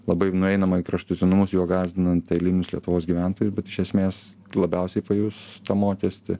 labai nueinama į kraštutinumus juo gąsdinant eilinius lietuvos gyventojus bet iš esmės labiausiai pajus tą mokestį